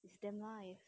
is damn nice